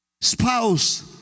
Spouse